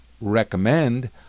recommend